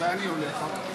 (קוראת בשמות חברי הכנסת)